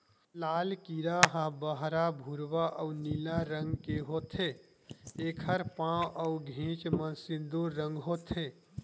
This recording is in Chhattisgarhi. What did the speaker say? लाल कीरा ह बहरा भूरवा अउ नीला रंग के होथे, एखर पांव अउ घेंच म सिंदूर रंग होथे